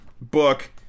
book